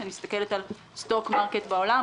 כשאני מסתכלת על סטוק מרקט בעולם,